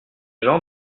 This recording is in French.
gens